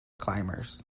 climbers